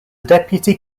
deputy